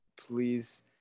Please